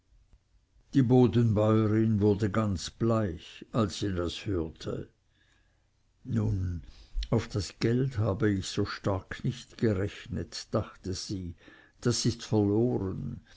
die bodenbäuerin wurde ganz bleich als sie das hörte nun auf das geld habe ich so stark nicht gerechnet dachte sie das ist verloren